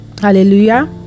hallelujah